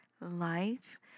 life